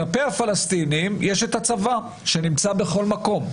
כלפי הפלסטינים יש את הצבא שנמצא בכל מקום,